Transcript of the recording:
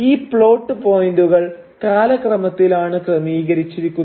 ഈ പ്ലോട്ട് പോയിന്റുകൾ കാലക്രമത്തിലാണ് ക്രമീകരിച്ചിരിക്കുന്നത്